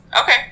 Okay